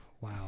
Wow